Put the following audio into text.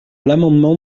l’amendement